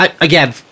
again